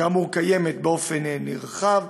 שכאמור קיימת באופן נרחב,